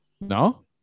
no